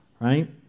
right